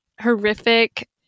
horrific